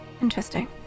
Interesting